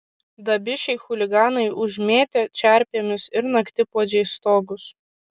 dabišiai chuliganai užmėtę čerpėmis ir naktipuodžiais stogus